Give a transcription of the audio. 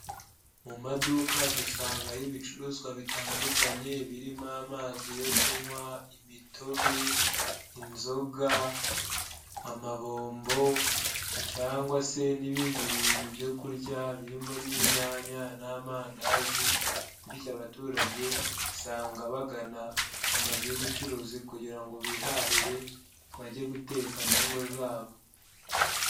Mu maduka dusangayo ibicuruzwa bitandukanye birimo amazi yo kunywa, imitobe, inzoga, amabombo cyangwa se n'ibindi bintu byo kurya birimo n'inyanya n'amandazi bityo abaturage usanga bagana amazu y'ubucuruzi kugira ngo bihahire bage guteka mu ngo zabo.